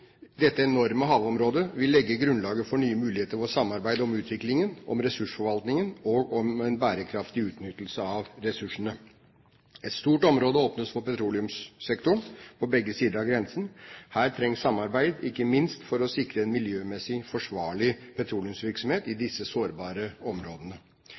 dette enorme havområdet, vil legge grunnlaget for nye muligheter for samarbeid om utviklingen, om ressursforvaltningen og om en bærekraftig utnyttelse av ressursene. Et stort område åpnes for petroleumssektoren på begge sider av grensen. Her trengs samarbeid, ikke minst for å sikre en miljømessig forsvarlig petroleumsvirksomhet i disse sårbare områdene.